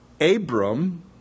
Abram